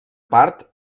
part